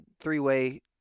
three-way